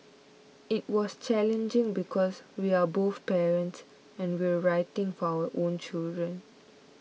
it was challenging because we are both parents and we're writing for our own children